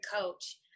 coach